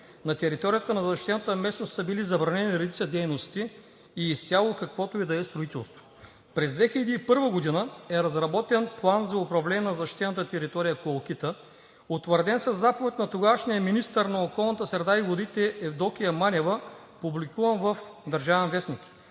На територията на защитената местност са били забранени редица дейности и изцяло каквото и да е строителство. През 2001 г. е разработен План за управление на защитената територия „Колокита“, утвърден със заповед на тогавашния министър на околната среда и водите Евдокия Манева, публикуван в „Държавен вестник“.